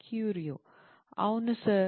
క్యూరియో అవును సార్